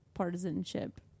Partisanship